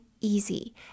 easy